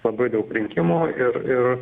labai daug rinkimų ir ir